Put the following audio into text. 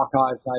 archives